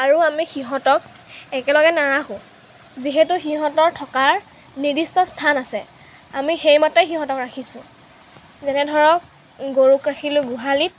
আৰু আমি সিহঁতক একেলগে নাৰাখোঁ যিহেতু সিহঁতৰ থকাৰ নিৰ্দিষ্ট স্থান আছে আমি সেইমতেই সিহঁতক ৰাখিছোঁ যেনে ধৰক গৰুক ৰাখিলোঁ গোহালিত